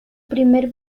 primer